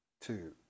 two